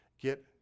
Get